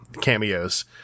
cameos